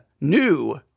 new